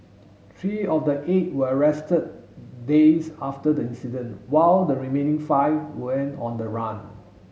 three of the eight were arrested days after the incident while the remaining five went on the run